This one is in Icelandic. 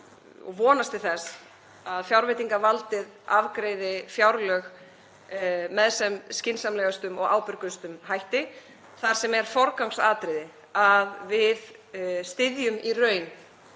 og vonast til þess að fjárveitingavaldið afgreiði fjárlög með sem skynsamlegustum og ábyrgustum hætti þar sem er forgangsatriði að við styðjum í raun